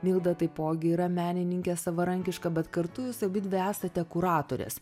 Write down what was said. milda taipogi yra menininkė savarankiška bet kartu jūs abidvi esate kuratorės